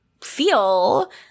feel